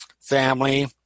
family